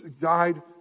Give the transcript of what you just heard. died